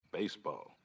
Baseball